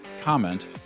comment